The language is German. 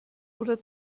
oder